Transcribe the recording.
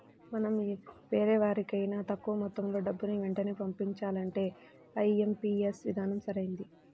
మనం వేరెవరికైనా తక్కువ మొత్తంలో డబ్బుని వెంటనే పంపించాలంటే ఐ.ఎం.పీ.యస్ విధానం సరైనది